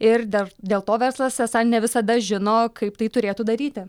ir dar dėl to verslas esą ne visada žino kaip tai turėtų daryti